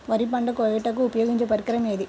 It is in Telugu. వరి పంట కోయుటకు ఉపయోగించే పరికరం ఏది?